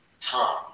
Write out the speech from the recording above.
Tom